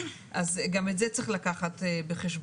אז גם את זה צריך לקחת בחשבון.